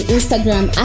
Instagram